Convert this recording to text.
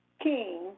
king